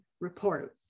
report